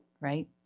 right